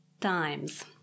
times